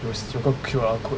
有有一个 Q_R code